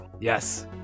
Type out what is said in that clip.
Yes